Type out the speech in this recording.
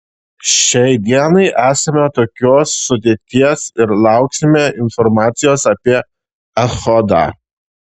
šiai dienai esame tokios sudėties ir lauksime informacijos apie echodą